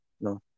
No